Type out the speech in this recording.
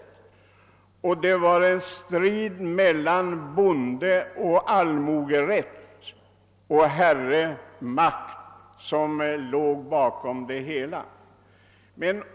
Bakom det hela låg en strid mellan bondeoch allmogerätt och herremakt.